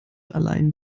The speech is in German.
allein